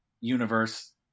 universe